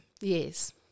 Yes